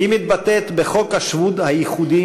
איפה הליכוד,